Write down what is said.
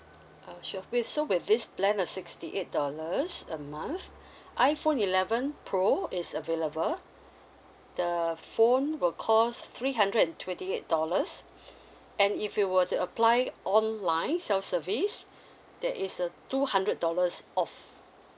uh sure so with this plan of sixty eight dollars a month iphone eleven pro is available the phone will cost three hundred and twenty eight dollars and if you were to apply online self service there is a two hundred dollars off